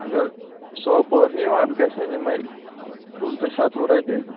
اَگر سوپور نِیِو اَتھ گژھن یِمَے پٕنژٕ شَتوُہ رۄپیہِ